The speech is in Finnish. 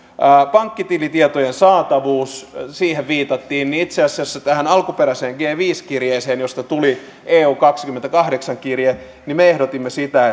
pankkitilitietojen saatavuuteen viitattiin itse asiassa tähän alkuperäiseen g viisi kirjeeseen josta tuli eu kaksikymmentäkahdeksan kirje me ehdotimme sitä